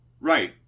Right